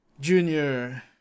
Junior